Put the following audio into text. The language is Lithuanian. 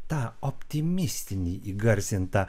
tą optimistinį įgarsintą